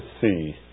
see